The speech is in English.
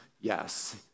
yes